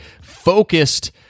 focused